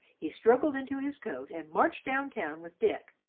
he struggled into his coat and marched down-town with dick,